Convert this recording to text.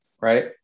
right